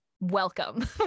welcome